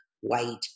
white